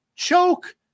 choke